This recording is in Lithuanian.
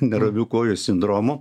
neramių kojų sindromu